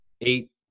eight